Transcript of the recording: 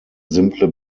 simple